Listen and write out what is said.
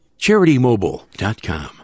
CharityMobile.com